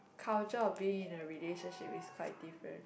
culture of being in a relationship is quite different